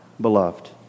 beloved